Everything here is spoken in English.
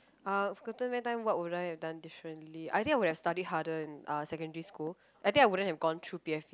ah if i could turn back time what would I have done differently I think I would have study harder in uh secondary school I think I wouldn't have gone through P_F_E